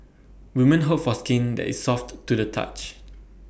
woman hope for skin that is soft to the touch